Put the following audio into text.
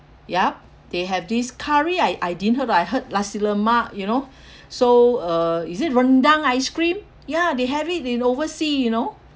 yup they have this curry I I didn't heard lah I heard nasi lemak you know so uh is it rendang ice cream ya they have it in oversea you know